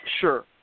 Sure